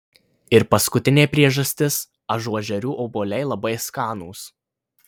ir paskutinė priežastis ažuožerių obuoliai labai skanūs